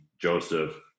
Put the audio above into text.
Joseph